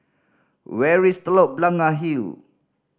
where is Telok Blangah Hill